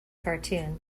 cartoon